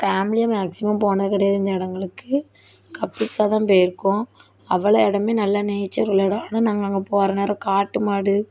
ஃபேமிலியாக மேக்சிமம் போனது கிடையாது இந்த இடங்களுக்கு கப்புள்ஸா தான் போயிருக்கோம் அவ்வளோ இடமே எல்லா நேச்சர் உள்ள இடம் அதுவும் நாங்கள் அங்கே போகிற நேரம் காட்டு மாடு